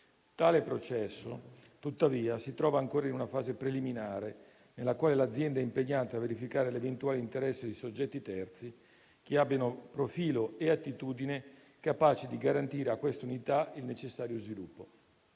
Tale processo, tuttavia, si trova ancora in una fase preliminare nella quale l'azienda è impegnata a verificare l'eventuale interesse di soggetti terzi che abbiano profilo e attitudine capaci di garantire a questa unità il necessario sviluppo.